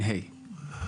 8ז(ה).